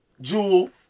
Jewel